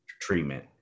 treatment